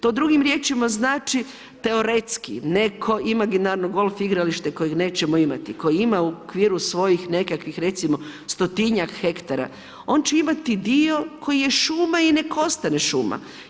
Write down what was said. To drugim riječima znači teoretski, neko imaginarno golf igralište kojeg nećemo imati, koje ima u okviru svojih nekakvih recimo 100-tinjak hektara, on će imati dio koji je šuma i nek' ostane šuma.